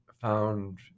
found